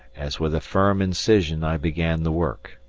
as with a firm incision i began the work.